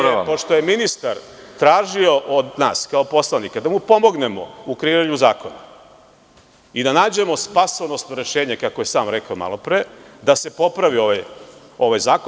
Govoriću o tome, pošto je ministar tražio od nas kao od poslanika da mu pomognemo u kreiranju zakona, i da nađemo spasonosno rešenje, koje je sam rekao malo pre, da se popravi ovaj zakon.